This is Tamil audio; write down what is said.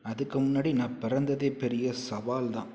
அதுக்கு முன்னாடி நான் பிறந்ததே பெரிய சவால் தான்